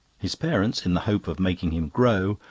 his parents, in the hope of making him grow,